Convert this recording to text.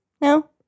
No